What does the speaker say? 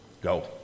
Go